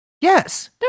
Yes